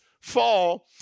Fall